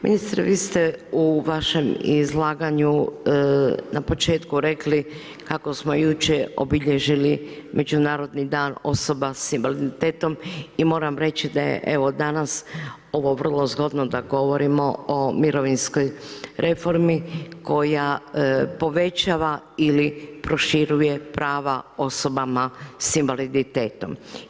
Ministre vi ste u vašem izlaganju, na početku rekli, kako ste jučer obilježili međunarodni dan osoba s invaliditetom i moram reći da je danas vrlo zgodno da govorimo o mirovinskoj reformi, koja povećava ili proširuje prava osoba s invaliditetom.